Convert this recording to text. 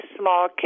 small